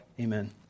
Amen